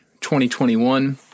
2021